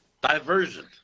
Diversion